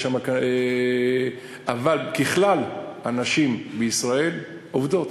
אבל ככלל, הנשים בישראל עובדות.